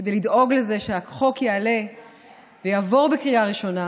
כדי לדאוג לזה שהחוק יעלה ויעבור בקריאה ראשונה,